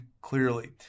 clearly